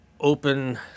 open